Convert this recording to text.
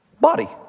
Body